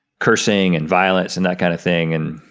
cursing, and violence, and that kind of thing, and,